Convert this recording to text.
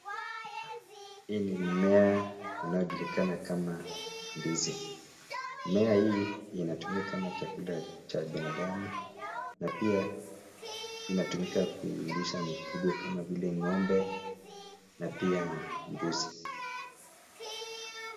Hii ni mmea unaojulikana kama ndizi. Mmea hii inatumika kama chakula cha binadamu na pia inatumika kulisha mifugo kama vile ng'ombe na pia mbuzi.